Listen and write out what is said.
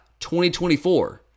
2024